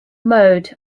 mode